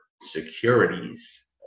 securities